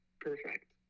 perfect